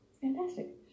Fantastic